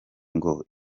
ngo